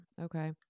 okay